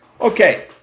Okay